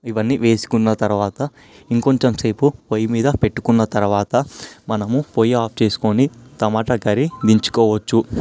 ఇవన్నీ వేసుకున్న తర్వాత ఇంకొంచెం సేపు పొయ్యి మీద పెట్టుకున్న తర్వాత మనము పొయ్యి ఆఫ్ చేసుకొని టమాటా కర్రీ దించుకోవచ్చు